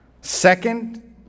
Second